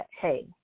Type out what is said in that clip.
hey